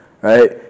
right